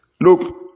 Look